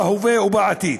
בהווה ובעתיד,